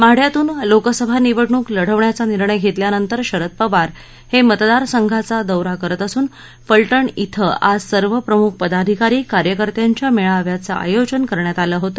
माद्यातून लोकसभा निवडणूक लढविण्याचा निर्णय घेतल्यानंतर शरद पवार हे मतदारसंघाचा दौरा करत असून फलटण क्रि आज सर्व प्रमूख पदाधिकारी कार्यकर्त्यांच्या मेळाव्याचे आयोजन करण्यात आले होते